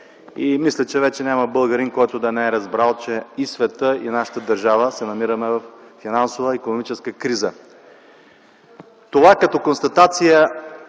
Мисля, че вече няма българин, който да не е разбрал, че светът и нашата държава се намираме във финансова икономическа криза. Това като констатация